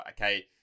Okay